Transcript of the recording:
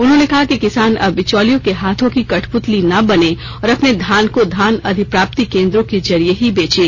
उन्होंने कहा कि किसान अब बिचोलिया के हाथों की कठपुतली ना बने और अपने धान को धान अधिप्राप्ति केंद्रों के जरिए ही बेचे